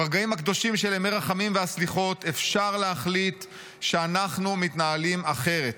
ברגעים הקדושים של ימי רחמים והסליחות אפשר להחליט שאנחנו מתנהלים אחרת.